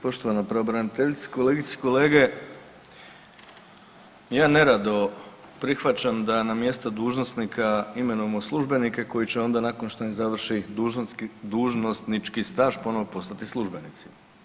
Poštovana pravobraniteljice, kolegice i kolege ja nerado prihvaćam da na mjesto dužnosnika imenujemo službenike koji će onda nakon što im završi dužnosnički staž ponovno postati službenici.